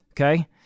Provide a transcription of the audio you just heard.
Okay